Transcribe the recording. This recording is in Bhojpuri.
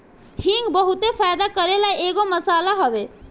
हिंग बहुते फायदा करेवाला एगो मसाला हवे